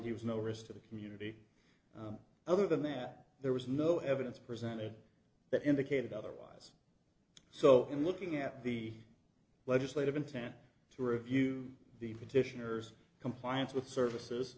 he was no risk to the community other than that there was no evidence presented that indicated otherwise so in looking at the legislative intent to review the petitioners compliance with services